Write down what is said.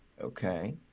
Okay